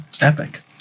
Epic